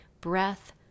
breath